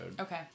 Okay